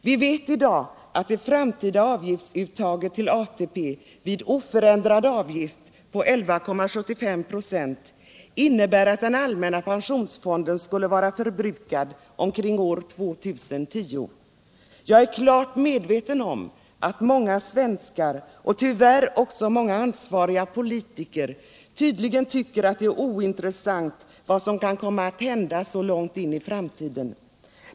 Vi vet i dag att det framtida avgiftsuttaget till ATP vid en oförändrad avgift på 11,75 96 innebär att den allmänna pensionsfonden skulle vara förbrukad omkring år 2010. Jag är klart medveten om att många svenskar och tyvärr också många ansvariga politiker tydligen tycker att vad som kan komma att hända så långt in i framtiden är ointressant.